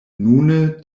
nune